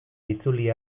itzuli